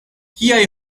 kiaj